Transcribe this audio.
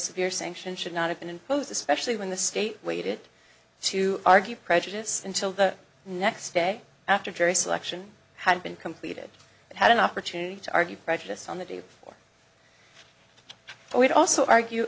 severe sanction should not have been imposed especially when the state waited to argue prejudice until the next day after jury selection had been completed and had an opportunity to argue prejudice on the day before we'd also argue